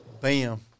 Bam